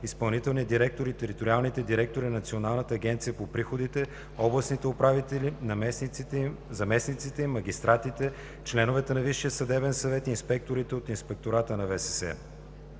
изпълнителният директор и териториалните директори на Националната агенция по приходите, областните управители, заместниците им, магистратите, членовете на Висшия съдебен съвет и инспекторите от Инспектората на Висшия